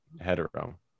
hetero